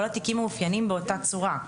כל התיקים מאופיינים באותה צורה.